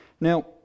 Now